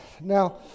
Now